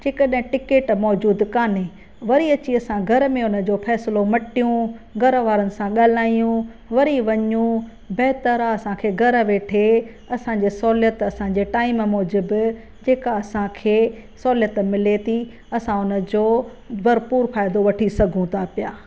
जे कॾहिं टिकेट मौजूदु कोन्हे वरी अची असां घर में हुनजो फैसलों मटियूं घरु वारनि सां गाल्हियूं वरी वञूं बहितर आहे असांखे घर वेठे असांजे सहुलियत असांजे टाइम मौजूदु जेका असांखे सहुलियत मिले थी असां हुनजो भरपूरु फ़ाइदो वठी सघूं था पिया